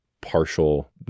partial